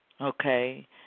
Okay